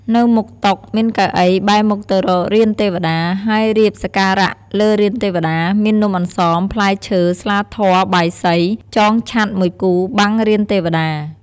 នៅមុខតុ មានកៅអីបែរមុខទៅរករានទេវតា ហើយរៀបសក្ការៈលើរានទេវតា មាននំអន្សម ផ្លែឈើ ស្លាធ័រ បាយសី ចងឆ័ត្រមួយគូបាំងរានទេវតា ។